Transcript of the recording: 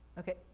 okay,